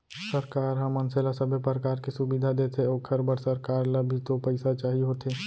सरकार ह मनसे ल सबे परकार के सुबिधा देथे ओखर बर सरकार ल भी तो पइसा चाही होथे